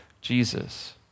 Jesus